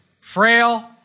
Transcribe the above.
frail